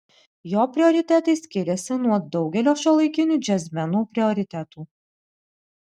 jo prioritetai skiriasi nuo daugelio šiuolaikinių džiazmenų prioritetų